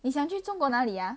你想去中国哪里呀